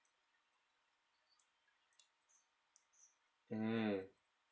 mm